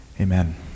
Amen